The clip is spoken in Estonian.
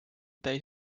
täis